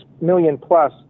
million-plus